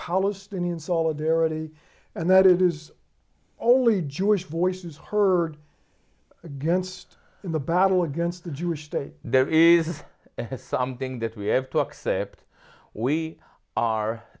palestinian solidarity and that is only jewish voice is heard against in the battle against the jewish state there is something that we have to accept we are